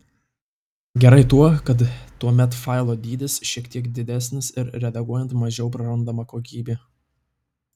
gerai tuo kad tuomet failo dydis šiek tiek didesnis ir redaguojant mažiau prarandama kokybė